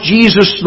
Jesus